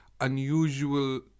unusual